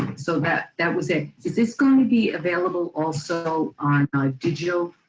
so that that was it. is this going to be available also on digital